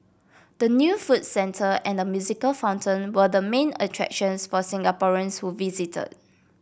the new food centre and the musical fountain were the main attractions for Singaporeans who visited